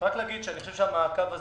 העבירו לנו לפני שבוע הרשאה.